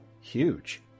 Huge